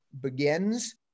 begins